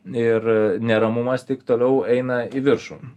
ir neramumas tik toliau eina į viršų